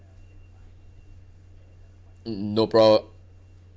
no problem